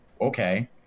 okay